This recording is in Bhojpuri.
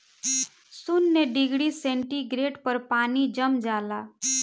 शून्य डिग्री सेंटीग्रेड पर पानी जम जाला